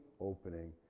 opening